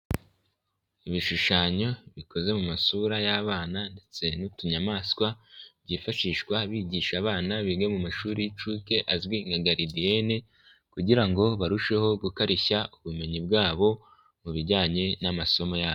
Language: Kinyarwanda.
Ibishushanyo bikoze mu masura y'abana ndetse n'utunyamaswa, byifashishwa bigisha abana biga mu mashuri y'inshuke, azwi nka garidieyene kugira ngo barusheho gukarishya ubumenyi bwabo, mu bijyanye n'amasomo yabo.